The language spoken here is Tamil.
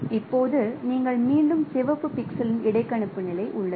இப்போது நீங்கள் மீண்டும் சிவப்பு பிக்சலின் இடைக்கணிப்பு நிலை உள்ளது